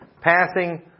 passing